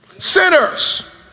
Sinners